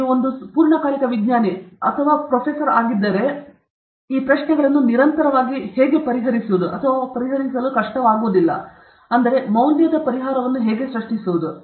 ಮತ್ತು ನೀವು ಒಂದು ಪೂರ್ಣಕಾಲಿಕ ವಿಜ್ಞಾನಿ ಅಥವಾ ನಂತರದ ಪ್ರೊಫೆಸರ್ ಆಗಿದ್ದರೆ ಈ ಪ್ರಶ್ನೆಗಳನ್ನು ನಿರಂತರವಾಗಿ ಹೇಗೆ ಪರಿಹರಿಸುವುದು ಅಥವಾ ಪರಿಹರಿಸಲು ಕಷ್ಟವಾಗುವುದಿಲ್ಲ ಆದರೆ ಮೌಲ್ಯದ ಪರಿಹಾರವನ್ನು ಹೇಗೆ ಸೃಷ್ಟಿಸುವುದು